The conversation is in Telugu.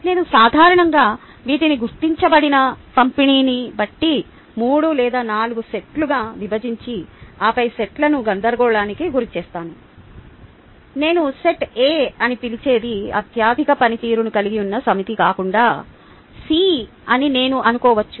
నేను సాధారణంగా వీటిని గుర్తించబడిన పంపిణీని బట్టి 3 లేదా 4 సెట్లుగా విభజించి ఆపై సెట్లను గందరగోళానికి గురిచేస్తాను నేను సెట్ఎ అని పిలిచేది అత్యధిక పనితీరును కలిగి ఉన్న సమితి కాకుండా సి అని నేను అనుకోవచ్చు